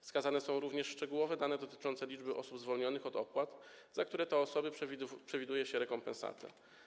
Wskazane są również szczegółowe dane dotyczące liczby osób zwolnionych z opłat, za które to osoby przewiduje się rekompensatę.